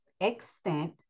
extent